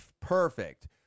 perfect